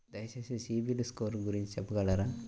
దయచేసి CIBIL score గురించి చెప్పగలరా?